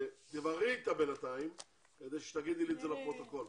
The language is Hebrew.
תבררי איתה בינתיים כדי שתגידי לי את זה לפרוטוקול,